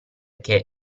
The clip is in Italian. che